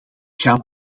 gaat